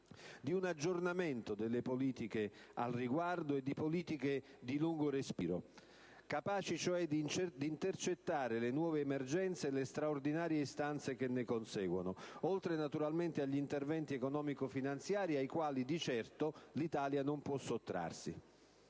di un aggiornamento delle politiche al riguardo, affinché siano di lungo respiro e quindi capaci di intercettare le nuove emergenze e le straordinarie istanze che ne conseguono, oltre naturalmente agli interventi economico-finanziari ai quali di certo l'Italia non può sottrarsi.